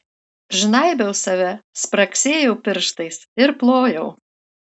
žnaibiau save spragsėjau pirštais ir plojau